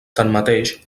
tanmateix